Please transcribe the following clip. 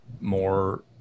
more